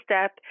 step